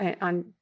on